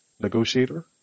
negotiator